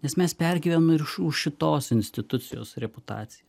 nes mes pergyvenam ir už už šitos institucijos reputaciją